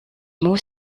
mots